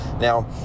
Now